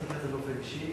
אל תיקח את זה באופן אישי,